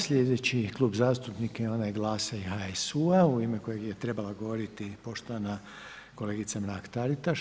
Slijedeći Klub zastupnika je onaj GLAS-a i HSU-a u ime kojeg je trebala govoriti poštovana kolegica Anka Mrak-Taritaš.